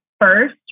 first